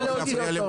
נא להוציא אותו.